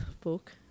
book